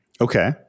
Okay